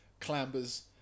clambers